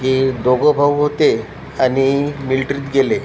की दोघं भाऊ होते आणि मिल्ट्रीत गेले